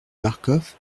marcof